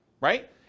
right